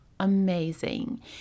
amazing